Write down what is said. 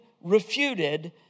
refuted